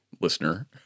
listener